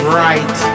right